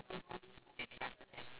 ya ya ya ya ya